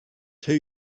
two